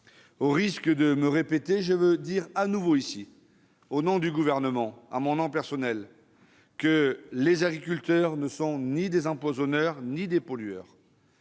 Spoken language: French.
Au risque de me répéter, je veux dire de nouveau ici, au nom du Gouvernement et en mon nom personnel, que les agriculteurs ne sont ni des empoisonneurs ni des pollueurs.